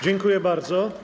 Dziękuję bardzo.